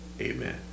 amen